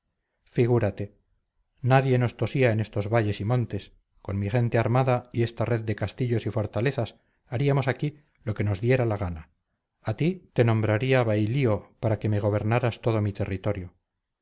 figúrate nadie nos tosía en estos valles y montes con mi gente armada y esta red de castillos y fortalezas haríamos aquí lo que nos diera la gana a ti te nombraría bailío para que me gobernaras todo mi territorio